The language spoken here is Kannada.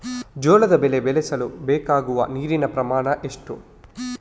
ಜೋಳದ ಬೆಳೆ ಬೆಳೆಸಲು ಬೇಕಾಗುವ ನೀರಿನ ಪ್ರಮಾಣ ಎಷ್ಟು?